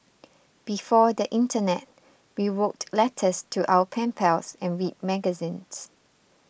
before the internet we wrote letters to our pen pals and read magazines